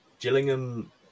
Gillingham